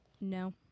no